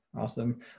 awesome